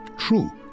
true,